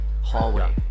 hallway